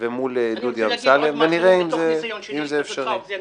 ומול דודי הכנסת ונראה אם זה אפשרי.